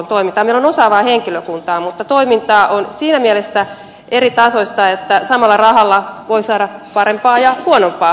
meillä on osaavaa henkilökuntaa mutta toiminta on siinä mielessä eritasoista että samalla rahalla voi saada parempaa ja huonompaa hoivaa